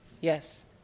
Yes